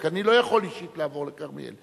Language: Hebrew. רק אני לא יכול אישית לעבור לכרמיאל,